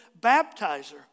baptizer